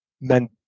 men